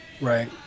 Right